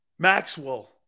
Maxwell